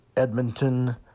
Edmonton